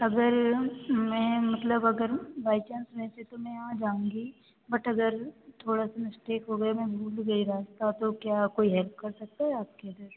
अगर मैं मतलब अगर बाई चांस वैसे तो मैं आ जाऊँगी बट अगर थोड़ा सा मिस्टेक हो गया मैं भूल गई रास्ता तो क्या कोई हेल्प कर सकता है आपके इधर